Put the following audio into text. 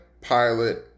pilot